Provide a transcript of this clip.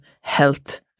health